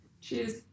Cheers